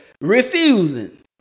refusing